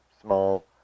small